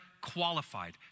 qualified